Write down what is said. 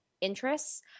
interests